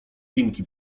linki